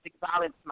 violence